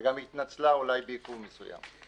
וגם התנצלה, אולי בעיכוב מסוים.